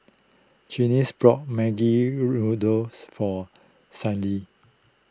brought Maggi for Sallie